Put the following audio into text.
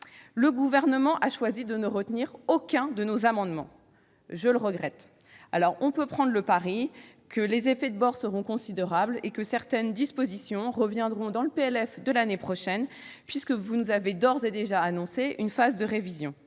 Le Gouvernement a choisi de ne retenir aucun de nos amendements, ce que je regrette. Prenons le pari que les effets de bord seront considérables et que certaines dispositions reviendront dans le PLF de l'année prochaine, car vous nous avez d'ores et déjà annoncé une phase de révision,